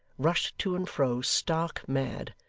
rushed to and fro stark mad,